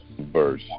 verse